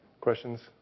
questions